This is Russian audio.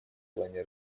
плане